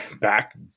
back